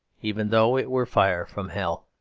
even though it were fire from hell.